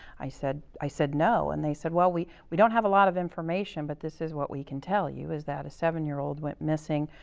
i said i said no, and they said, well, we we don't have a lot of information, but this is what we can tell you, is that a seven year old went missing,